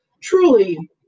truly